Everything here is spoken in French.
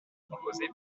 composée